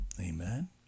Amen